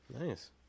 Nice